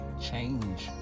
Change